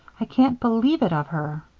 i can't believe it of her.